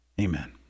amen